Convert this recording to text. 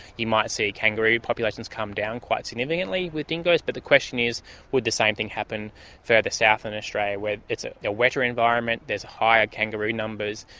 you might see kangaroo populations come down quite significantly with dingoes, but the question is would the same thing happen further south in australia where it's a wetter environment, there are higher kangaroo numbers,